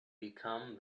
become